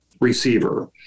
receiver